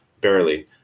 barely